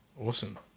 Awesome